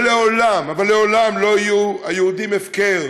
שלעולם, אבל לעולם לא יהיו היהודים הפקר